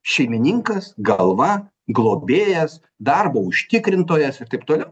šeimininkas galva globėjas darbo užtikrintojas ir taip toliau